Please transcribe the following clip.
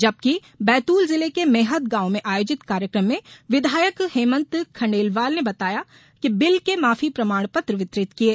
जबकि बैतूल जिले के मेहद गांव में आयोजित कार्यक्रम में विधायक हेंमत खांडेलवाल बकाया बिल के माफी प्रमाण पत्र वितरित किये